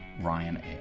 Ryanair